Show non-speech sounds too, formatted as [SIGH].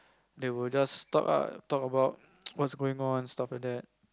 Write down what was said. they would just talk ah talk about [NOISE] what's going on stuff like that